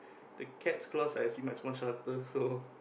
the cat claws I assume much more sharper so